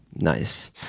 Nice